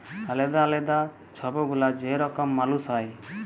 আলেদা আলেদা ছব গুলা যে রকম মালুস হ্যয়